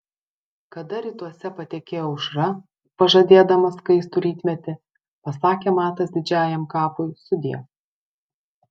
kada rytuose patekėjo aušra pažadėdama skaistų rytmetį pasakė matas didžiajam kapui sudiev